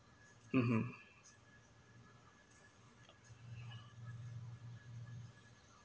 (uh huh)